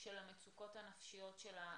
של המצוקות הנפשיות של האזרחים,